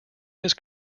his